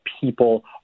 people